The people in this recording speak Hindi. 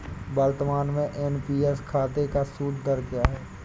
वर्तमान में एन.पी.एस खाते का सूद दर क्या है?